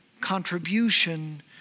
contribution